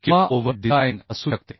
किंवा over design असू शकते